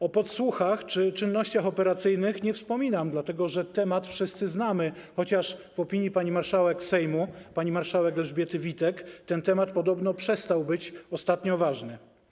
O podsłuchach czy czynnościach operacyjnych nie wspominam, dlatego że temat wszyscy znamy, chociaż w opinii pani marszałek Sejmu, pani marszałek Elżbiety Witek, ten temat podobno przestał być ostatnio ważny.